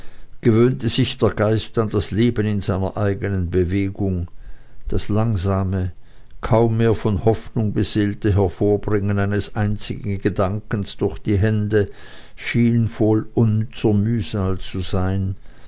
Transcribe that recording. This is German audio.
gewöhnte sich der geist an das leben in seiner eigenen bewegung das langsame kaum mehr von hoffnung beseelte hervorbringen eines einzigen gedankens durch die hände schien voll unnützer mühsal zu sein